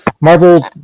Marvel